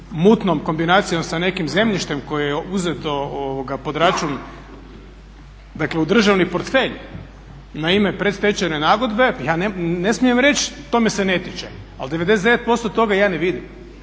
mutnom kombinacijom sa nekim zemljištem koje je uzeto pod račun, dakle u državni portfelj na ime predstečajne nagodbe ja ne smijem reći to me se ne tiče, ali 99% toga ja ne vidim.